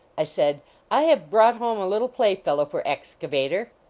i said i have brought home a little play-fellow for excavator.